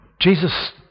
Jesus